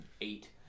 eight